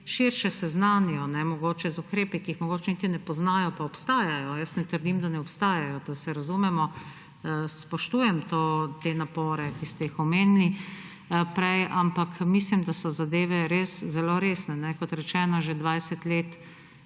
širše seznanijo z ukrepi, ki jih mogoče niti ne poznajo, pa obstajajo. Jaz ne trdim, da ne obstajajo, da se razumemo. Spoštujem to, te napore, ki ste jih prej omenili, ampak mislim, da so zadeve res zelo resne. Kot rečeno, že 20 let